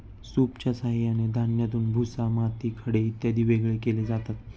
सूपच्या साहाय्याने धान्यातून भुसा, माती, खडे इत्यादी वेगळे केले जातात